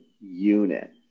unit